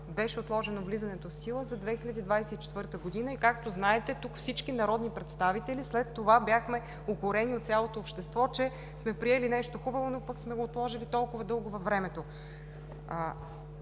беше отложено влизането в сила за 2024 г. и както знаете, тук всички народни представители след това бяхме укорени от цялото общество, че сме приели нещо хубаво, но пък сме го отложили толкова дълго във времето.